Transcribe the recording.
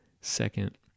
second